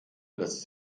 lässt